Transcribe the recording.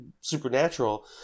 Supernatural